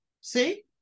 See